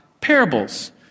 parables